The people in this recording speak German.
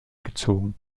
gezogen